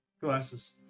glasses